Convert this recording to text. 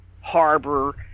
harbor